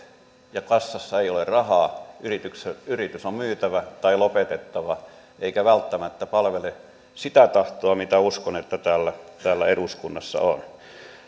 ja kassassa ei ole rahaa yritys on myytävä tai lopetettava eikä se välttämättä palvele sitä tahtoa mitä uskon että täällä eduskunnassa on